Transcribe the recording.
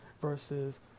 versus